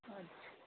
अच्छा